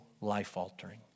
life-altering